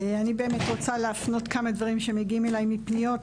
אני באמת רוצה להפנות כמה דברים שמגיעים אליי מפניות,